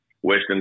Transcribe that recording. western